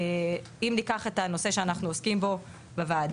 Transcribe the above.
אם ניקח את הנושא שאנחנו עוסקים בו בוועדה,